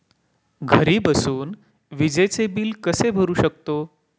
घरी बसून विजेचे बिल कसे भरू शकतो?